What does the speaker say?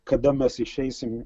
kada mes išeisim